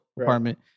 apartment